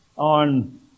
On